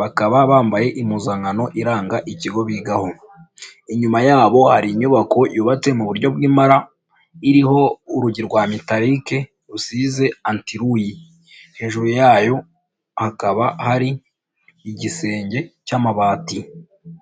bakaba bambaye impuzankano iranga ikigo bigaho ,inyuma yabo hari inyubako yubatse mu buryo bw'impara, iriho urugi rwa Metalic rusize antiruyi, hejuru yayo hakaba hari igisenge cy'amabati.